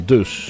Dus